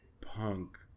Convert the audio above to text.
punk